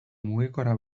mugikorra